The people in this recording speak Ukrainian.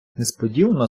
несподівано